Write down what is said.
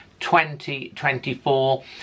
2024